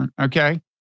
Okay